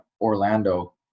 Orlando